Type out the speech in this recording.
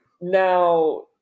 now